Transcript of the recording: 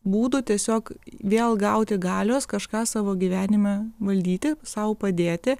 būdu tiesiog vėl gauti galios kažką savo gyvenime valdyti sau padėti